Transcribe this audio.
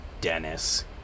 Dennis